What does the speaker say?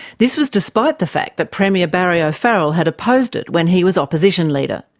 this was despite the fact that premier barry o'farrell had opposed it when he was opposition leader.